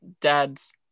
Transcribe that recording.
dad's